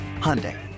Hyundai